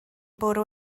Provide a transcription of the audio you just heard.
bwrw